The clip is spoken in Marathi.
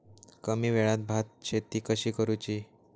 कमी वेळात भात शेती कशी करुची?